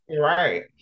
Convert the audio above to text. Right